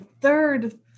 third